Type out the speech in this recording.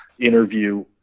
interview